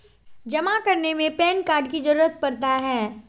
जमा करने में पैन कार्ड की जरूरत पड़ता है?